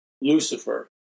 Lucifer